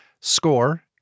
score